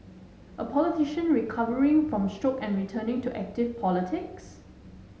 a politician recovering from stroke and returning to active politics